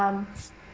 um